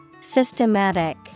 Systematic